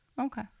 okay